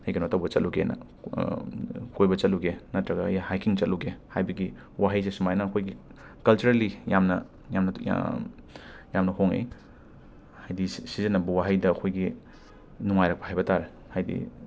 ꯑꯩ ꯀꯩꯅꯣꯡꯇꯧꯕ ꯆꯠꯂꯨꯒꯦꯅ ꯀꯣꯏꯕ ꯆꯠꯂꯨꯒꯦ ꯅꯠꯇ꯭ꯔꯒ ꯑꯩ ꯍꯥꯏꯀꯤꯡ ꯆꯠꯂꯨꯒꯦ ꯍꯥꯏꯕꯒꯤ ꯋꯥꯍꯩꯁꯦ ꯁꯨꯃꯥꯏꯅ ꯑꯈꯣꯏꯒꯤ ꯀꯜꯆꯔꯦꯜꯂꯤ ꯌꯥꯝꯅ ꯌꯥꯝꯅ ꯌꯥꯝ ꯌꯥꯝꯅ ꯍꯣꯡꯉꯛꯏ ꯍꯥꯏꯗꯤ ꯁꯤ ꯁꯤꯖꯟꯅꯕ ꯋꯥꯍꯩꯗ ꯑꯩꯈꯣꯏꯒꯤ ꯅꯨꯡꯉꯥꯏꯔꯛꯄ ꯍꯥꯏꯕ ꯇꯥꯔꯦ ꯍꯥꯏꯗꯤ